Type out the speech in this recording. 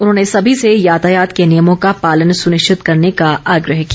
उन्होंने सभी से यातायात के नियमों का पालन सुनिश्चित करने का आग्रह किया